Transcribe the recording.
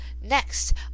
Next